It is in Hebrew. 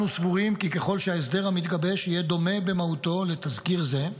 אנו סבורים כי ככל שההסדר המתגבש יהיה דומה במהותו לתזכיר זה,